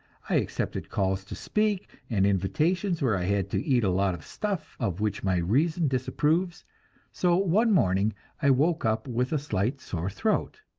i accepted calls to speak, and invitations where i had to eat a lot of stuff of which my reason disapproves so one morning i woke up with a slight sore throat.